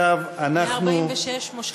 146 מושכים.